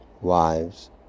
wives